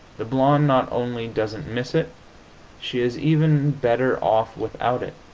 the blonde not only doesn't miss it she is even better off without it.